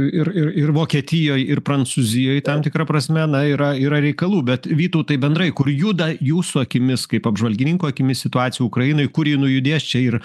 ir ir ir vokietijoj ir prancūzijoj tam tikra prasme na yra yra reikalų bet vytautai bendrai kur juda jūsų akimis kaip apžvalgininko akimis situacija ukrainoj kur ji nujudės čia ir